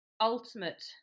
ultimate